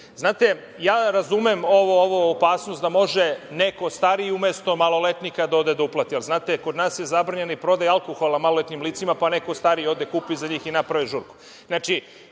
ja razumem ovu opasnost da može neko stariji umesto maloletnika da ode da uplati, ali kod nas je zabranjena i prodaja alkohola maloletnim licima, pa neko stariji ode i kupi za njih i naprave žurku. Šta